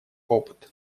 опыт